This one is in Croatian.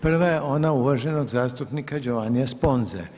Prva je ona uvaženog zastupnika Giovannia Sponze.